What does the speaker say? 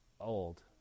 old